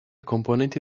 componenti